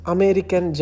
American